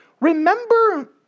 Remember